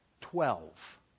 twelve